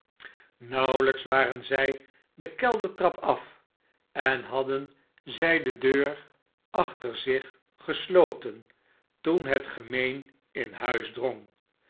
nauwelijks waren zij de keldertrap af en hadden zij de deur achter zich gesloten toen het gemeen in huis drong